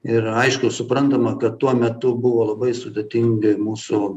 ir aišku suprantama kad tuo metu buvo labai sudėtingi mūsų